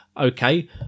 okay